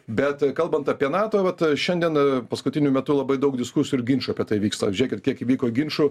bet kalbant apie nato vat šiandien paskutiniu metu labai daug diskusijų ir ginčų apie tai vyksta žėkit kiek įvyko ginčų